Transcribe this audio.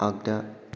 आगदा